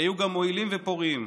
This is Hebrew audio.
שהיו גם מועילים ופוריים.